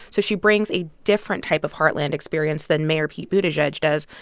so she brings a different type of heartland experience than mayor pete buttigieg does,